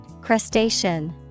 Crustacean